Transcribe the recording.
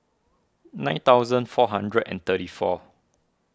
nine thousand four hundred and thirty four